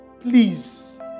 Please